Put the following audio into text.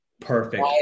perfect